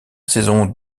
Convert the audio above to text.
saison